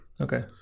Okay